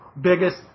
biggest